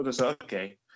okay